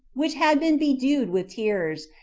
which had been bedewed with tears,